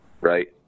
right